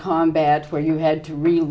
combat where you had to re